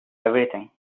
everything